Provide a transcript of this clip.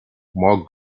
more